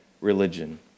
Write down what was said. religion